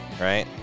right